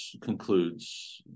concludes